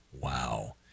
wow